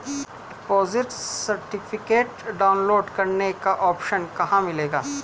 Deposit certificate download करने का option कहां मिलेगा?